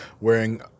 wearing